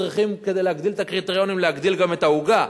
כדי להגדיל את הקריטריונים אנחנו צריכים להגדיל גם את העוגה,